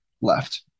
left